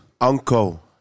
Uncle